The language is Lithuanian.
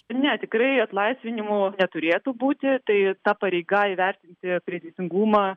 ne tikrai atlaisvinimų neturėtų būti tai ta pareiga įvertinti kreditingumą